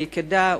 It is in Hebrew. נלכדה,